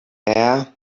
air